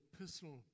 personal